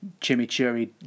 chimichurri